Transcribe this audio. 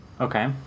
Okay